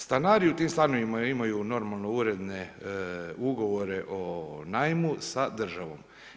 Stanari u tim stanovima imaju normalno uredne ugovore o najmu sa državom.